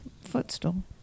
footstool